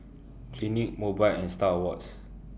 Clinique Mobike and STAR Awards